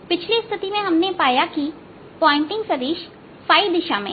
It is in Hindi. पिछली स्थिति में हमने पाया कि पॉइंटिंग सदिश की दिशा में है